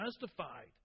justified